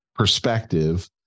perspective